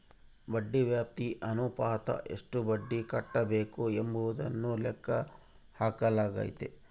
ಬಡ್ಡಿ ವ್ಯಾಪ್ತಿ ಅನುಪಾತ ಎಷ್ಟು ಬಡ್ಡಿ ಕಟ್ಟಬೇಕು ಎಂಬುದನ್ನು ಲೆಕ್ಕ ಹಾಕಲಾಗೈತಿ